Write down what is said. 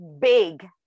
big